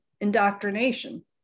indoctrination